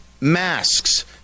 masks